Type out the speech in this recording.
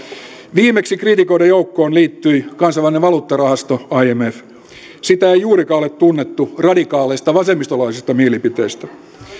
viimeksi kriitikoiden joukkoon liittyi kansainvälinen valuuttarahasto imf sitä ei juurikaan ole tunnettu radikaaleista vasemmistolaisista mielipiteistä